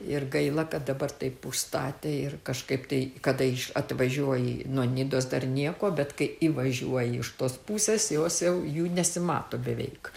ir gaila kad dabar taip užstatė ir kažkaip tai kada atvažiuoji nuo nidos dar nieko bet kai įvažiuoji iš tos pusės jos jau jų nesimato beveik